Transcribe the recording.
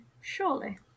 Surely